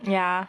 ya